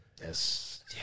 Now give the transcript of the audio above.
Yes